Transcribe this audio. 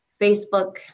Facebook